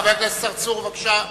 חבר הכנסת צרצור, בבקשה.